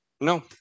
No